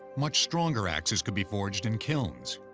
much stronger axes could be forged in kilns.